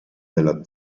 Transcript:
della